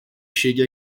chegue